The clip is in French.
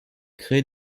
créer